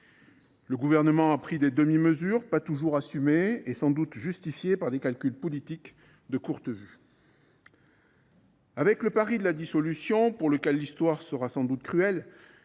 Le Gouvernement a pris des demi mesures, pas toujours assumées, et sans doute justifiées par des calculs politiques de courte vue. Avec le pari de la dissolution, pour lequel l’Histoire sera sans doute cruelle,